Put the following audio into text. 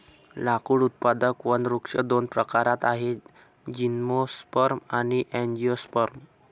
लाकूड उत्पादक वनवृक्ष दोन प्रकारात आहेतः जिम्नोस्पर्म आणि अँजिओस्पर्म